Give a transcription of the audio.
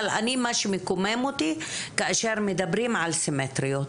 אבל אני מה שמקומם אותי כאשר מדברים על סימטריות.